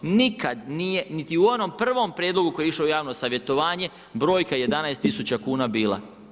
Nikad nije niti u onom prvom prijedlogu koji je išao u javno savjetovanje, brojka 11 000 kuna bila.